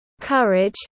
courage